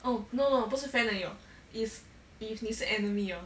oh no no 不是 friend 而已 hor if if 你是 enemy hor